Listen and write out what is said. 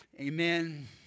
Amen